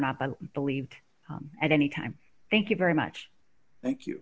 not believed at any time thank you very much thank you